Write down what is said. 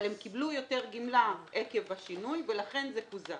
אבל הן קיבלו יותר גמלה עקב השינוי ולכן זה קוזז.